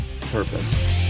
purpose